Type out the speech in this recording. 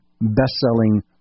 best-selling